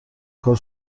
کار